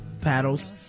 paddles